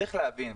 צריך להבין,